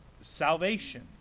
salvation